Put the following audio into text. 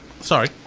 Sorry